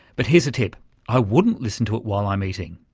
but here's a tip i wouldn't listen to it while i'm eating.